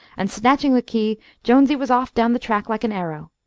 and, snatching the key, jonesy was off down the track like an arrow.